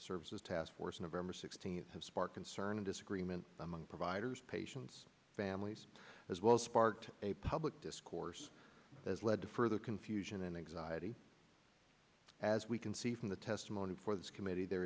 services task force november sixteenth have sparked concern a disagreement among providers patients families as well sparked a public discourse as led to further confusion and exactly as we can see from the testimony before this committee there